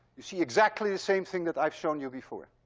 you see exactly the same thing that i've shown you before.